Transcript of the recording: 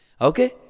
Okay